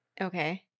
Okay